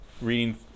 reading